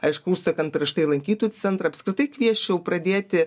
aišku užsakant prieš tai lankytojų centrą apskritai kviesčiau pradėti